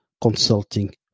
consulting